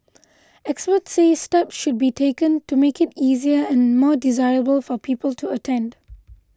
experts say steps should be taken to make it easier and more desirable for people to attend